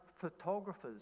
photographers